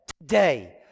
today